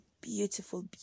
beautiful